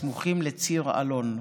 הסמוכים לציר אלון.